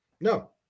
No